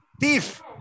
Thief